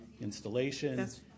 installations